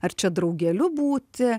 ar čia draugeliu būti